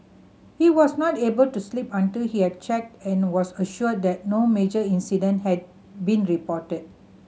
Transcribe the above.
he was not able to sleep until he had checked and was assured that no major incident had been reported